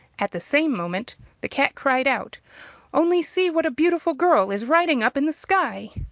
at the same moment the cat cried out only see what a beautiful girl is riding up in the sky!